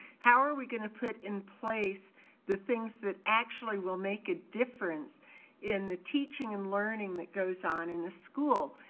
how are we gonna put in place the things that actually will make a difference in the teaching and learning that goes on in a school?